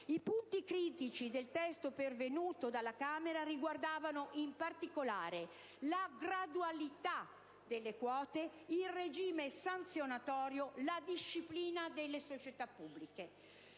I punti critici del testo pervenuto dalla Camera riguardavano, in particolare, la gradualità delle quote, il regime sanzionatorio e la disciplina delle società pubbliche.